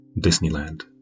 Disneyland